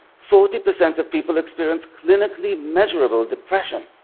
forty percent of people experience clinically measurable depression.